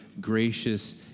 gracious